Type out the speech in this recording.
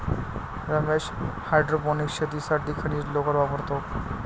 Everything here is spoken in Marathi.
रमेश हायड्रोपोनिक्स शेतीसाठी खनिज लोकर वापरतो